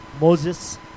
Moses